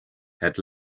had